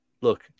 Look